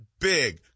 Big